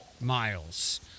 miles